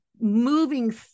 moving